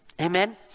Amen